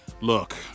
Look